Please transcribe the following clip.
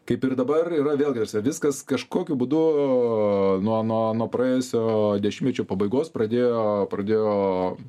kaip ir dabar yra vėlgi ta prasme viskas kažkokiu būdu nuo nuo nuo praėjusio dešimtmečio pabaigos pradėjo pradėjo